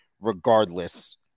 regardless